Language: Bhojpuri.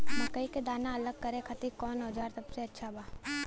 मकई के दाना अलग करे खातिर कौन औज़ार सबसे अच्छा बा?